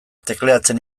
tekleatzen